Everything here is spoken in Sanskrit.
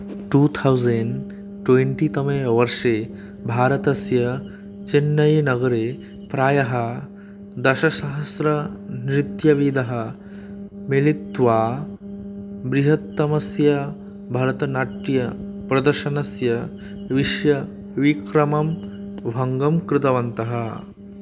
टु थौसेण्ड् ट्वेण्टि तमे वर्षे भारतस्य चन्नैनगरे प्रायः दशसहस्रनृत्यविदः मिलित्वा बृहत्तमस्य भरतनाट्यप्रदर्शनस्य विष्वविक्रमं भङ्गं कृतवन्तः